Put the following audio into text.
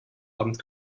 abend